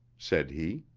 said he.